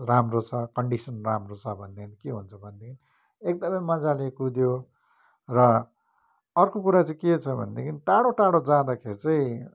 राम्रो छ कन्डिसन राम्रो छ भनेदेखि के हुन्छ भनेदेखि एकदमै मज्जाले कुद्यो र अर्को कुरा चाहिँ के छ भनेदेखि टाढो टाढो जाँदाखेरि चाहिँ